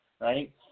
right